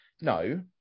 no